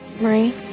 Marie